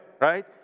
right